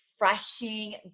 refreshing